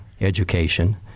education